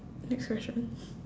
next question